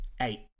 eight